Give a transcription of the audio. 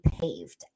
paved